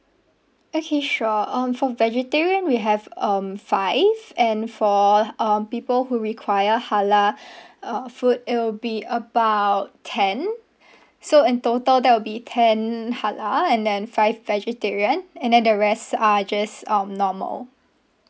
okay sure um for vegetarian we have um five and for um people who require halal uh food it will be about ten so in total that will be ten halal and then five vegetarian and then the rest are just um normal